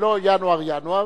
שלא ינואר ינואר,